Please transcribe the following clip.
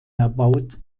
erbaut